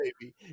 baby